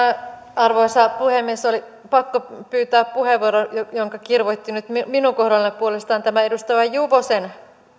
arvoisa puhemies oli pakko pyytää puheenvuoro jonka kirvoitti nyt minun kohdallani puolestaan tämä edustaja juvosen